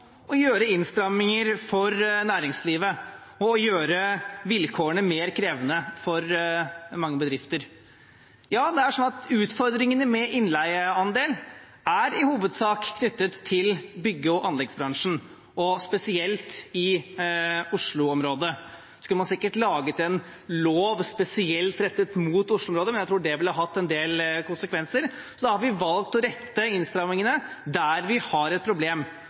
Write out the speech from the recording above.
å gjøre innstramminger for næringslivet og vilkårene mer krevende for mange bedrifter. Ja, utfordringene med innleieandel er i hovedsak knyttet til bygg- og anleggsbransjen, og spesielt i Oslo-området. Man kunne sikkert laget en lov spesielt rettet mot Oslo-området, men jeg tror det ville hatt en del konsekvenser. Vi har valgt å rette innstrammingene mot der vi har et problem.